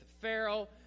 Pharaoh